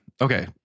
okay